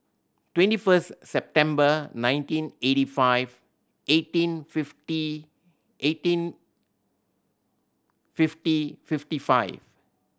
twenty first September nineteen eighty five eighteen fifty eighteen fifty fifty five